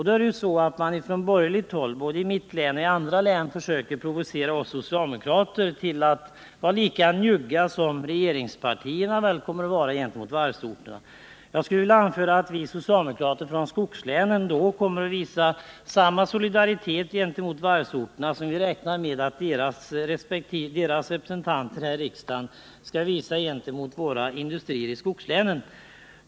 På borgerligt håll försöker man både i mitt län och i andra län provocera oss socialdemokrater till att vara lika njugga som regeringspartierna kommer att vara gentemot varvsorterna. Vi socialdemokrater från skogslänen kommer då att visa samma solidaritet gentemot varvsorterna som vi räknar med att deras representanter här i riksdagen kommer att visa mot våra industrier i skogslänen.